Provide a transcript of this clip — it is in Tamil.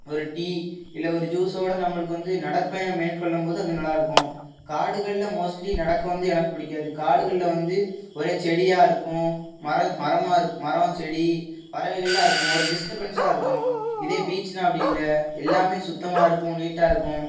ஒரு டீ இல்லை ஒரு ஜூஸோடய நம்மளுக்கு வந்து நடைற்பயணம் மேற்கொள்ளும் போது வந்து நல்லாயிருக்கும் காடுகளில் மோஸ்ட்லி நடக்க வந்து எனக்கு பிடிக்காது காடுகளில் வந்து ஒரே செடியாருக்கும் மரம் மரமாரு மரம் செடி பறவைகள்லாம் இருக்கும் ஒரு டீஸ்டபென்ஸாக இருக்கும் இதே பீச்னா அப்படி இல்லை எல்லாம் சுத்தமாயிருக்கும் நீட்டாயிருக்கும்